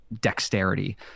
dexterity